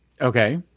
Okay